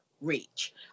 reach